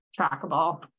trackable